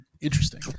interesting